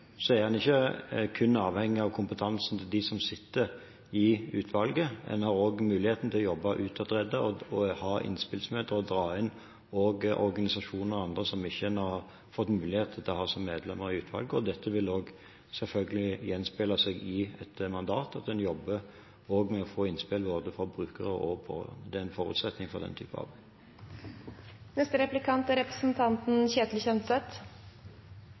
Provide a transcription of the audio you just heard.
så det betyr at ikke alle organisasjoner som har lyst til å være med, får være med. Men det er også veldig klart at i et NOU-arbeid er en ikke kun avhengig av kompetansen til dem som sitter i utvalget; en har også muligheten til å jobbe utadrettet, ha innspillsmøter og også dra inn organisasjoner og andre som en ikke har fått mulighet til å ha som medlem av utvalget. Og dette vil selvfølgelig også gjenspeile seg i et mandat, at en jobber med å få innspill fra brukere, det er en